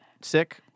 sick